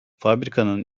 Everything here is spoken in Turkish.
fabrikanın